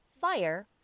fire